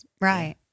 Right